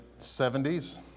70s